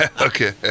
Okay